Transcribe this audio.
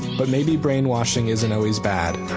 but maybe brainwashing isn't always bad.